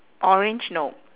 orange no